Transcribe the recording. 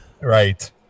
right